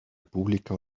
república